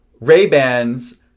Ray-Bans